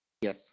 Yes